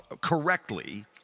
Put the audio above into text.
correctly